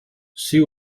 she